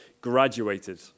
graduated